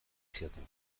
zioten